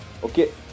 Okay